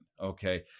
Okay